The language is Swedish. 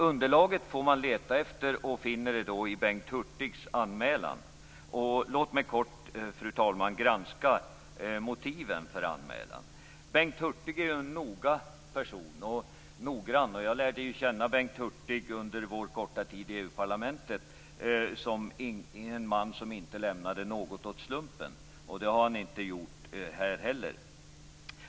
Underlaget får man leta efter, och det finner man i Bengt Hurtigs anmälan. Låt mig kort granska motiven för anmälan, fru talman. Bengt Hurtig är en noggrann person. Jag lärde känna honom under vår korta tid i EU-parlamentet som en man som inte lämnar någonting åt slumpen. Det har han inte gjort här heller.